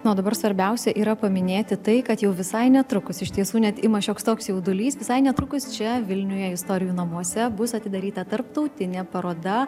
nu o dabar svarbiausia yra paminėti tai kad jau visai netrukus iš tiesų net ima šioks toks jaudulys visai netrukus čia vilniuje istorijų namuose bus atidaryta tarptautinė paroda